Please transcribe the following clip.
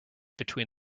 between